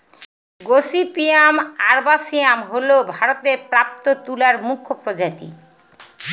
gossypium আরবাসিয়াম হল ভারতে প্রাপ্ত তুলার মুখ্য প্রজাতি